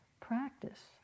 practice